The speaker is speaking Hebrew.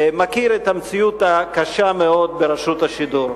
מכיר את המציאות הקשה מאוד ברשות השידור.